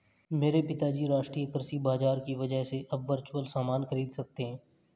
मेरे पिताजी राष्ट्रीय कृषि बाजार की वजह से अब वर्चुअल सामान खरीद सकते हैं